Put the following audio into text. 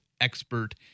expert